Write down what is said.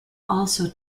also